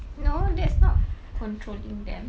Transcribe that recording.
no that's not controlling them